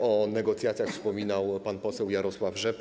O negocjacjach wspominał pan poseł Jarosław Rzepa.